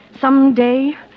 Someday